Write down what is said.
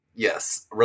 Yes